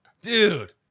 dude